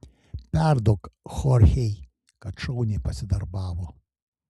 perduok chorchei kad šauniai pasidarbavo